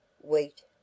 Wheat